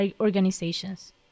organizations